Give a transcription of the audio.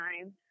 time